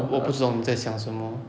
我不知道你在想什么